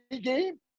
game